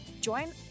join